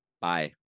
bye